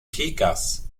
pikas